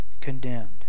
condemned